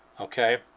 okay